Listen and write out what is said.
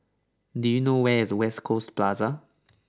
do you know where is West Coast Plaza